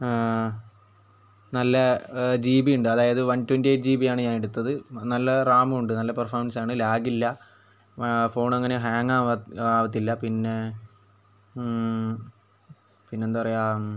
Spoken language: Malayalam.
നല്ല ജി ബി ഉണ്ട് അതായത് വണ് ട്വൻ്റി എയിറ്റ് ജി ബിയാണ് ഞാന് എടുത്തത് നല്ല റാമുവുണ്ട് നല്ല പെര്ഫോര്മന്സ് ആണ് ലാഗ് ഇല്ല ഫോണ് അങ്ങനെ ഹേങ്ങ് ആവത്തില്ല പിന്നെ പിന്നെയെന്താ പറയുക